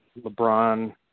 LeBron